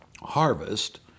harvest—